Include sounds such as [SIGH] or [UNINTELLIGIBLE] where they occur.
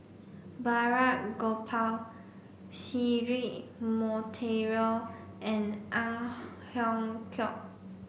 Balraj Gopal Cedric Monteiro and Ang [UNINTELLIGIBLE] Hiong Chiok